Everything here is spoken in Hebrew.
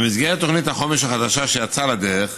במסגרת תוכנית החומש החדשה שיצאה לדרך,